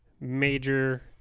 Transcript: major